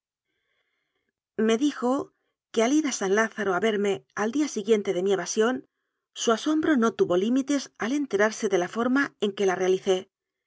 me dijo que al ir a san lázaro a verme al día siguiente de mi evasión su asombro no tuvo lí mites al enterarse de la forma en que la realicé